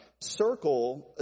Circle